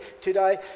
today